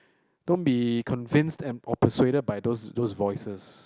don't be convinced and or persuaded by those those voices